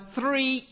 three